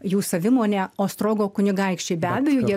jų savimone ostrogo kunigaikščiai be abejo jie